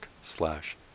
slash